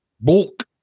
Bulk